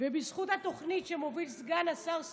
ובזכות התוכנית, שמוביל סגן השר סגלוביץ'